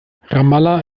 ramallah